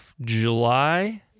July